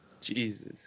Jesus